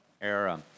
era